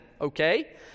Okay